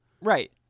Right